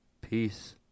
Peace